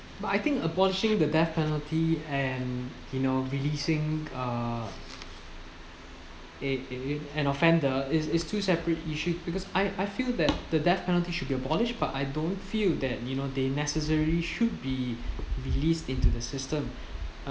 but I think abolishing the death penalty and you know releasing uh a a offender is is two separate issue because I I feel that the death penalty should be abolished but I don't feel that you know they necessarily should be released into the system